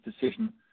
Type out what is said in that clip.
decision